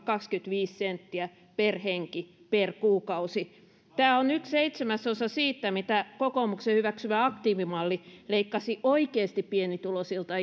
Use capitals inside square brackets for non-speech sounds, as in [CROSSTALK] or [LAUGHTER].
kaksikymmentäviisi senttiä per henki per kuukausi tämä on yksi seitsemäsosa siitä mitä kokoomuksen hyväksymä aktiivimalli leikkasi oikeasti pienituloisilta [UNINTELLIGIBLE]